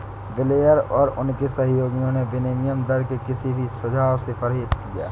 Blair और उनके सहयोगियों ने विनिमय दर के किसी भी सुझाव से परहेज किया